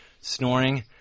snoring